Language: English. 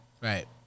Right